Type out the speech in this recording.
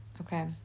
Okay